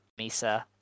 misa